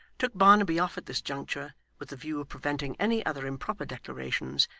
took barnaby off at this juncture, with the view of preventing any other improper declarations,